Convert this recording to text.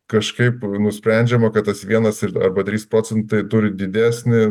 kažkaip nusprendžiama kad tas vienas ir arba trys procentai turi didesnį